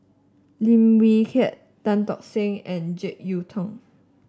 Lim Wee Kiak Tan Tock Seng and JeK Yeun Thong